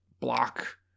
block